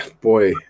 boy